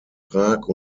prag